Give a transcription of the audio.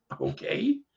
Okay